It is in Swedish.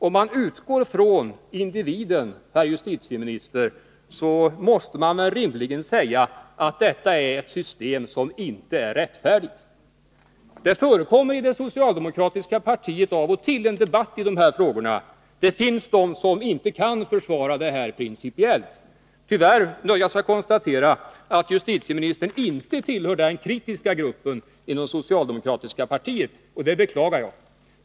Om man utgår ifrån individen, herr justitieminister, måste man rimligen säga att detta är ett system som inte är rättfärdigt. Det förekommer i det socialdemokratiska partiet av och till en debatt i de här frågorna. Det finns de som inte kan försvara detta förfarande principiellt. Tyvärr nödgas jag konstatera att justitieministern inte tillhör den kritiska gruppen inom det socialdemokratiska partiet, och det beklagar jag.